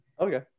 okay